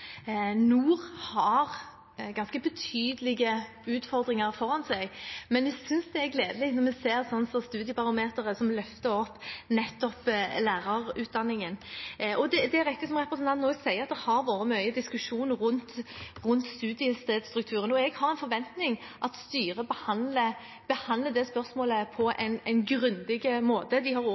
har ganske betydelige utfordringer foran seg. Men jeg synes det er gledelig når vi ser Studiebarometeret, som løfter opp nettopp lærerutdanningen. Det er riktig som representanten også sier, at det har vært mye diskusjon rundt studiestedstrukturen. Jeg har forventning om at styret behandler det spørsmålet på en grundig måte. De har